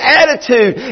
attitude